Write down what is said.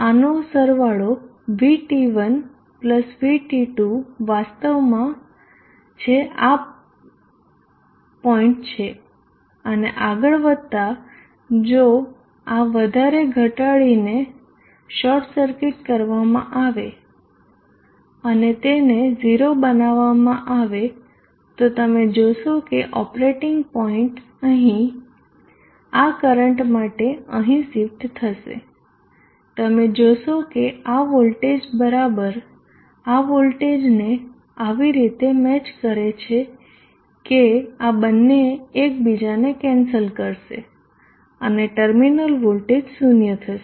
આનો સરવાળો VT1 VT2 વાસ્તવમાં છે આ પોઈન્ટ છે અને આગળ વધતા જો આ વધારે ઘટાડીને શોર્ટ સર્કિટ કરવામાં આવે અને તેને 0 બનાવવામાં આવે તો તમે જોશો કે ઓપરેટિંગ પોઇન્ટ અહીં આ કરંટ માટે અહીં શિફ્ટ થશે તમે જોશો કે આ વોલ્ટેજ બરાબર આ વોલ્ટેજ ને એવી રીતે મેચ કરે છે કે આ બંને એકબીજાને કેન્સલ કરશે અને ટર્મિનલ વોલ્ટેજ 0 થશે